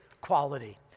quality